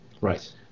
Right